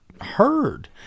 heard